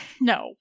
no